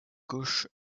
gauche